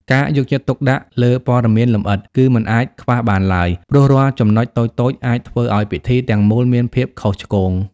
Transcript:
ការយកចិត្តទុកដាក់លើព័ត៌មានលម្អិត គឺមិនអាចខ្វះបានឡើយ ព្រោះរាល់ចំណុចតូចៗអាចធ្វើឱ្យពិធីទាំងមូលមានភាពខុសឆ្គង។